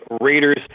Raiders